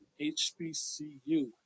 HBCU